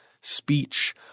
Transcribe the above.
speech